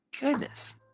goodness